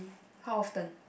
how often